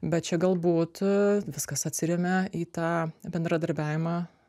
bet čia galbūt viskas atsiremia į tą bendradarbiavimą